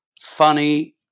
funny